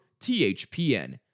THPN